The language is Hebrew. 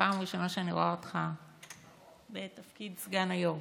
פעם ראשונה שאני רואה אותך בתפקיד סגן היו"ר.